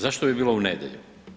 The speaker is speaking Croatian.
Zašto bi bilo u nedjelju?